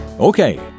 Okay